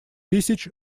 тысяч